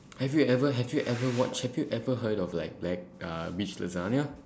have you ever have you ever watch have you ever heard of like like uh beef lasagna